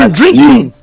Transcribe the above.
drinking